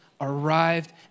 arrived